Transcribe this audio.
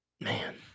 man